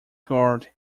guard